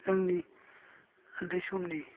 जोंनि ओनदै समनि